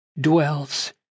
dwells